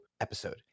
episode